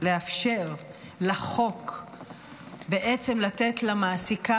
הרעיון הוא לאפשר בחוק בעצם לתת למעסיקה